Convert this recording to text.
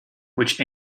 which